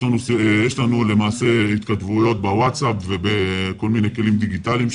יש לנו למעשה התכתבויות בווטסאפ ובכל מיני כלים דיגיטליים.